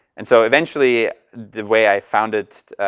and so, eventually the way i found it,